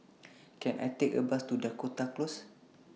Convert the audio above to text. Can I Take A Bus to Dakota Close